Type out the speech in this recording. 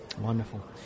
Wonderful